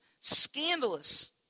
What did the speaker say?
scandalous